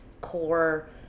core